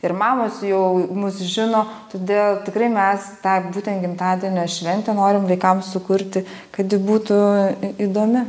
ir mamos jau mus žino todėl tikrai mes tą būtent gimtadienio šventę norim vaikams sukurti kad ji būtų į įdomi